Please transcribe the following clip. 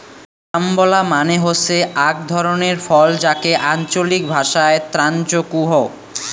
carambola মানে হসে আক ধরণের ফল যাকে আঞ্চলিক ভাষায় ক্রাঞ্চ কুহ